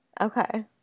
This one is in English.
Okay